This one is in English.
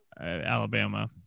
Alabama